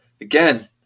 again